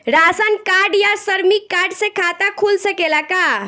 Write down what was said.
Ration card या श्रमिक card से खाता खुल सकेला का?